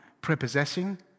prepossessing